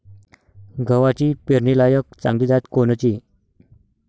गव्हाची पेरनीलायक चांगली जात कोनची?